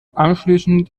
anschließend